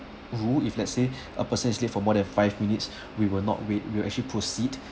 rule if let's say a person is late for more than five minutes we will not wait we will actually proceed